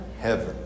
Heaven